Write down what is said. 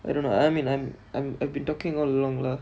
I don't know I mean I'm I'm I've been talking all along lah